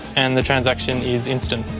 and the transaction is instant.